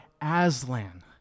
Aslan